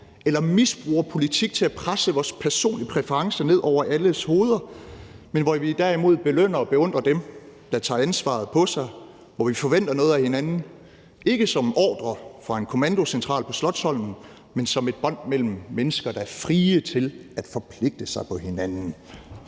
vi misbruger politik til at presse vores personlige præference ned over alles hoveder, men hvor vi derimod belønner og beundrer dem, der tager ansvaret på sig, hvor vi forventer noget af hinanden, ikke som en ordre fra en kommandocentral på Slotsholmen, men som et bånd mellem mennesker, der er frie til at forpligte sig på hinanden.